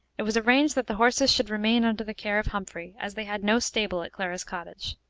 it was arranged that the horses should remain under the care of humphrey, as they had no stable at clara's cottage.